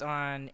on